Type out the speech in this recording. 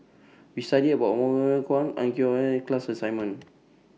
We studied about Wong Meng Voon Koh Ang Hiong Chiok and class assignment